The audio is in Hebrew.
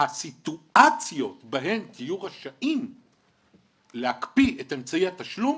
הסיטואציות בהן תהיו רשאים להקפיא את אמצעי התשלום,